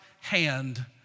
hand